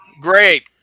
Great